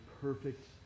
perfect